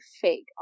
fake